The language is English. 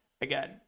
again